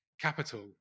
capital